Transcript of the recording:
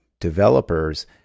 developers